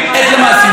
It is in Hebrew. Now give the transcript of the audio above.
עת למעשים.